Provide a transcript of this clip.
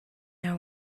are